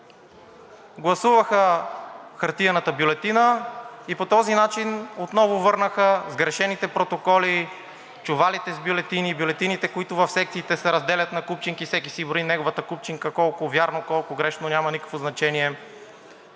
гласуваха хартиената бюлетина и по този начин отново върнаха сгрешените протоколи, чувалите с бюлетини и бюлетините, които в секциите се разделят на купчинки и всеки си брои неговата купчинка. Колко вярно, колко грешно – няма никакво значение.